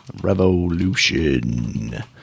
Revolution